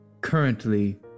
currently